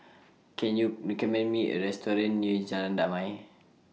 Can YOU recommend Me A Restaurant near Jalan Damai